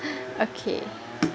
okay